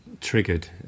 triggered